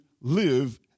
live